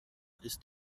ist